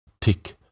tick